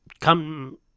come